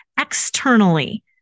externally